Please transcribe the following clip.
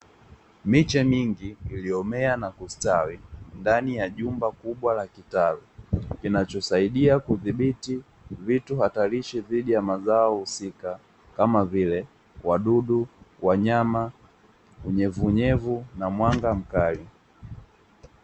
Miche mingi iliyomea na kustawi ndani ya jumba kubwa la kitalu, kinachosaidia kudhibiti vitu hatarishi zidi ya mazao husika kama vile wadudu, wanyama, unyevuunyevu na mwanga mkali.